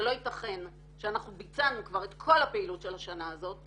זה לא יתכן שאנחנו ביצענו כבר את כל הפעילות של השנה הזאת,